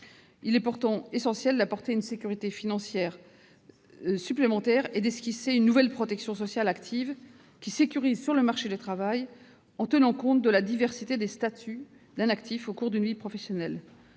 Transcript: Il est pourtant essentiel d'apporter une sécurité financière supplémentaire et d'esquisser une nouvelle protection sociale active qui sécurise les mobilités sur le marché du travail, en tenant compte de la diversité des statuts d'un actif au cours d'une vie professionnelle.